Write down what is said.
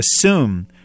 assume